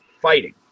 fighting